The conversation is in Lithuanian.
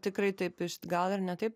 tikrai taip gal ir ne taip